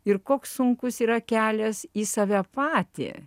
ir koks sunkus yra kelias į save patį